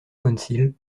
council